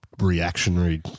reactionary